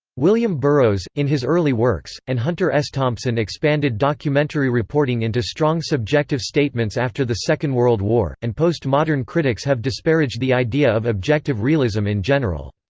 william burroughs, in his early works, and hunter s. thompson expanded documentary reporting into strong subjective statements after the second world war, and post-modern critics have disparaged the idea of objective realism in general.